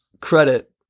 credit